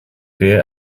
der